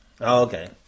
Okay